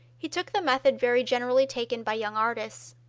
he took the method very generally taken by young artists.